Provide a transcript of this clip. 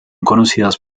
conocidas